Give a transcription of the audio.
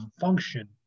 function